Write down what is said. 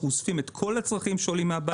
את כל הצרכים שעולים מהבית הזה,